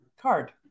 card